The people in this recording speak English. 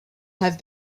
have